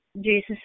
Jesus